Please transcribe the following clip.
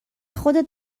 خودت